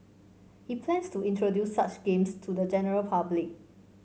he plans to introduce such games to the general public